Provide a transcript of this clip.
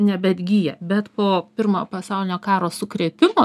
nebeatgyja bet po pirmojo pasaulinio karo sukrėtimo